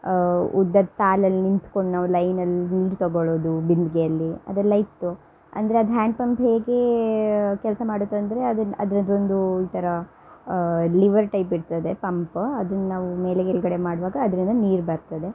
ಉದ್ದದ್ದು ಸಾಲಲ್ಲಿ ನಿಂತ್ಕೊಂಡು ನಾವು ಲೈನಲ್ಲಿ ನೀರು ತಗೊಳ್ಳೋದು ಬಿಂದಿಗೆಯಲ್ಲಿ ಅದೆಲ್ಲ ಇತ್ತು ಅಂದರೆ ಅದು ಹ್ಯಾಂಡ್ ಪಂಪ್ ಹೇಗೇ ಕೆಲಸ ಮಾಡುತ್ತಂದರೆ ಅದನ್ನು ಅದ್ರದ್ದೊಂದು ಈ ಥರ ಲಿವರ್ ಟೈಪ್ ಇರ್ತದೆ ಪಂಪ್ ಅದನ್ನು ನಾವು ಮೇಲೆ ಕೆಳಗಡೆ ಮಾಡುವಾಗ ಅದರಿಂದ ನೀರು ಬರ್ತದೆ